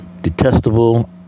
detestable